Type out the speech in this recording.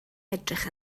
edrych